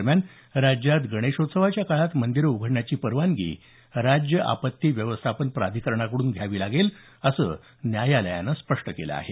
दरम्यान राज्यात गणेशोत्सवाच्या काळात मंदीरं उघडण्याची परवानगी राज्य आपत्ती व्यवस्थापन प्राधिकरणाकडून घ्यावी लागेल असं न्यायालयानं स्पष्ट केलं आहे